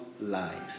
life